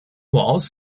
walls